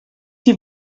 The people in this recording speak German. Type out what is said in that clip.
die